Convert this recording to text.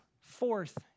fourth